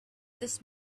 this